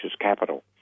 capital